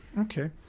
okay